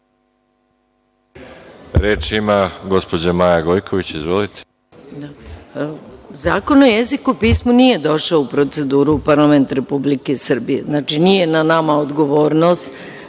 Reč ima gospođa Maja Gojković. Izvolite. **Maja Gojković** Zakon o jeziku i pismu nije došao u proceduru u parlament Republike Srbije. Znači, nije na nama odgovornost